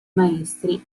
maestri